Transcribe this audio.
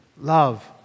love